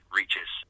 reaches